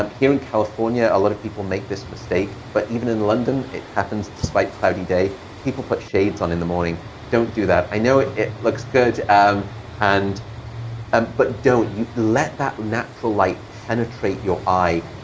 um here, in california a lot of people make this mistake, but even in london, it happens despite cloudy day, people put shades on in the morning. don't do that. i know it looks good. um and um but don't. let that natural light penetrate your eye.